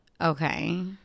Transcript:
Okay